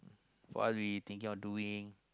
what we thinking of doing